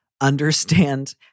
understand